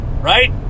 Right